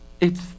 It's